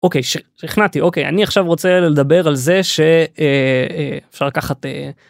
אוקיי, שכנעתי. אוקיי, אני עכשיו רוצה לדבר על זה ש... אפשר לקחת...